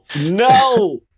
no